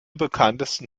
bekanntesten